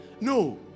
no